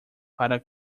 para